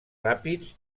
ràpids